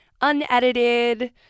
unedited